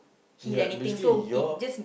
ya basically your